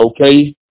okay